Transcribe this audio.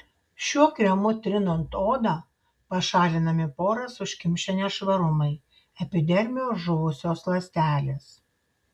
šiuo kremu trinant odą pašalinami poras užkimšę nešvarumai epidermio žuvusios ląstelės